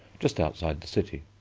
just outside the city.